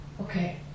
Okay